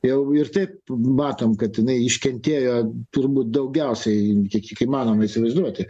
jau ir taip matom kad jinai iškentėjo turbūt daugiausiai kiek įmanoma įsivaizduoti